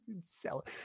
Sell